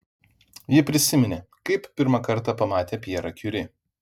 ji prisiminė kaip pirmą kartą pamatė pjerą kiuri